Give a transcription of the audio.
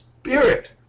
spirit